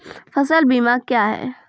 फसल बीमा क्या हैं?